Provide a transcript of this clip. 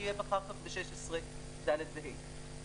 אחר כך ב- 16(ד, ה).